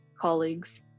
colleagues